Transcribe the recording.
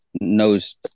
knows